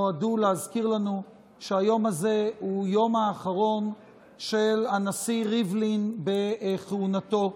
נועדו להזכיר לנו שהיום הזה הוא היום האחרון של הנשיא ריבלין בכהונתו.